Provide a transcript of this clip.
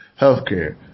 healthcare